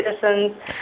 citizens